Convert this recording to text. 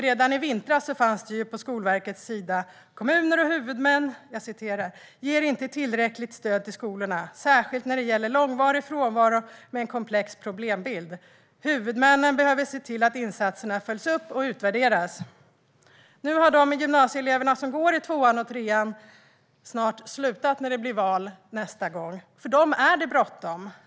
Redan i vintras kunde vi läsa på Skolverkets hemsida: "Kommuner och huvudmän ger inte tillräckligt stöd till skolorna, särskilt när det gäller långvarig frånvaro med en komplex problembild. Huvudmännen behöver se till att insatserna följs upp och utvärderas." Gymnasieleverna som nu går i tvåan och trean har slutat vid nästa val. För dem är det bråttom.